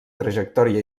trajectòria